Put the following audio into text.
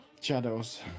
shadows